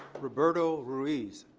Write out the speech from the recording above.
roberto ruiz.